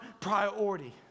priority